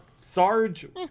Sarge